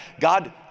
God